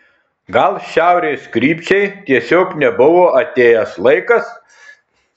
gal šiaurės krypčiai tiesiog nebuvo atėjęs laikas